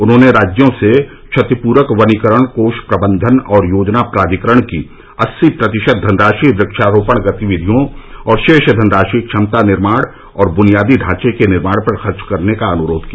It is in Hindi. उन्होंने राज्यों से क्षतिप्रक वनीकरण कोष प्रबंधन और योजना प्राधिकरण की अस्सी प्रतिशत धनराशि वक्षारोपण गतिविधियों और शेष धनराशि क्षमता निर्माण और बुनियादी ढांचे के निर्माण पर खर्च करने का अनुरोध किया